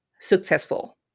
successful